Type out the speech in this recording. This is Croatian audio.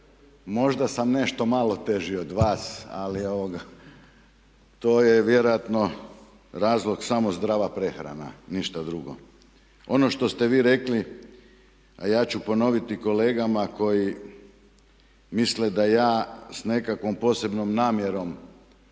Možda sam nešto malo teži od vas ali to je vjerojatno razlog samo zdrava prehrana, ništa drugo. Ono što ste vi rekli, a ja ću ponoviti kolegama koji misle da ja s nekakvom posebnom namjerom